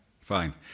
Fine